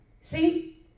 See